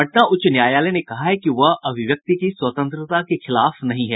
पटना उच्च न्यायालय ने कहा है कि वह अभिव्यक्ति की स्वतंत्रता के खिलाफ नहीं है